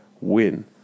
win